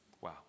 Wow